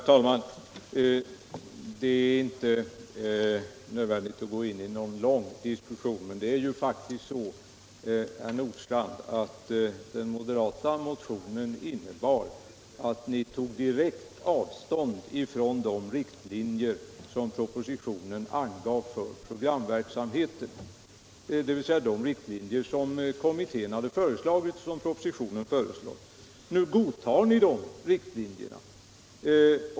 Herr talman! Det är inte nödvändigt att gå in i någon lång diskussion om detta. Men det är faktiskt så, herr Nordstrandh, att den moderata motionen innebar att ni tog direkt avstånd från de riktlinjer som propositionen angav för programverksamheten, dvs. de riktlinjer som kommittén hade föreslagit. Men nu godtar ni de riktlinjerna.